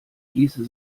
ließe